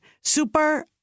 super